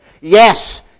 Yes